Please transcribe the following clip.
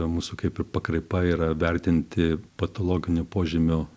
mūsų kaip ir pakraipa yra vertinti patologinių požymių